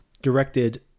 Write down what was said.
directed